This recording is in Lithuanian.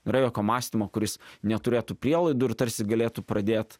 nėra jokio mąstymo kuris neturėtų prielaidų ir tarsi galėtų pradėt